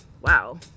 wow